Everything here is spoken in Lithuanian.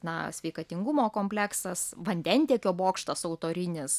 na sveikatingumo kompleksas vandentiekio bokštas autorinis